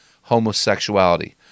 homosexuality